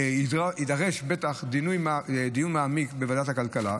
בטח יידרש דיון מעמיק בוועדת הכלכלה.